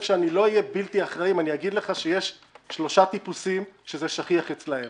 אחראי לומר שאלה הם לווים שנפל עליהם